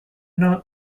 not